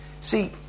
See